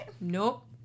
Nope